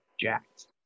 jacked